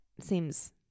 seems